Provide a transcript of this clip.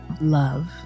love